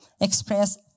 express